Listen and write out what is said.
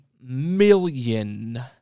million